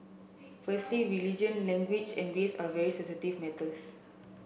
firstly religion language and race are very sensitive matters